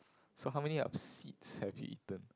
so how many up seeds have you eaten